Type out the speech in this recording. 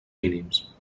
mínims